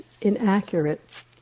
inaccurate